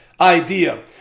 idea